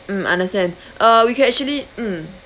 mm understand uh we can actually mm